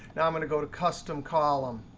now i'm going to go to custom column.